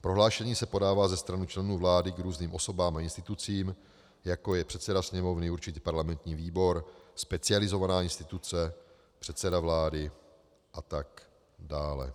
Prohlášení se podává ze strany členů vlády k různým osobám a institucím, jako je předseda sněmovny, určitě parlamentní výbor, specializovaná instituce, předseda vlády a tak dále.